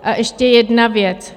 A ještě jedna věc.